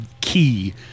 key